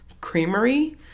Creamery